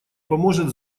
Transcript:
поможет